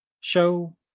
show